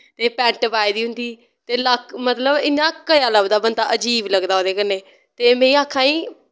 ते पैंट पाई दी होंदी ते लक्क मतलव इ'यां कज़ा लब्भदा बंदा अजीब लगदा ओह्दे कन्ने ते में आक्खा नी